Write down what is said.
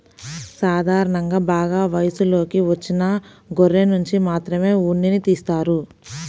సాధారణంగా బాగా వయసులోకి వచ్చిన గొర్రెనుంచి మాత్రమే ఉన్నిని తీస్తారు